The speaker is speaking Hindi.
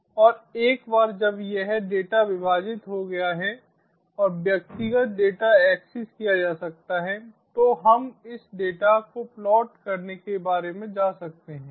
और एक बार जब यह डेटा विभाजित हो गया है और व्यक्तिगत डेटा एक्सेस किया जा सकता है तो हम इस डेटा को प्लॉट करने के बारे में जा सकते हैं